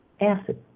acid